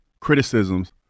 criticisms